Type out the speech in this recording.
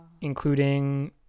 including